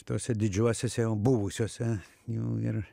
kituose didžiuosiuose jau buvusiuose jau ir